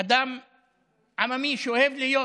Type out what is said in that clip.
אדם עממי, שאוהב להיות